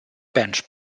bench